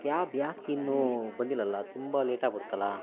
cab ಯಾಕೆ ಇನ್ನೂ ಬಂದಿಲ್ಲಲ್ಲ ತುಂಬ ಲೇಟಾಗಿ ಬಿಡ್ತಲ್ಲ